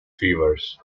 fevers